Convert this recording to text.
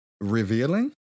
revealing